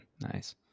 Nice